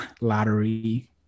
lottery